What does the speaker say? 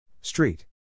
Street